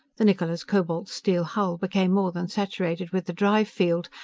the niccola's cobalt-steel hull became more than saturated with the drive-field,